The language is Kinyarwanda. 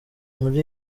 muri